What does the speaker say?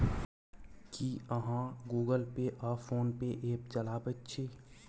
की अहाँ गुगल पे आ फोन पे ऐप चलाबैत छी?